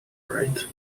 rate